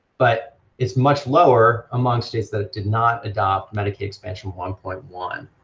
but it's much lower among states that did not adopt medicaid expansion, one point one.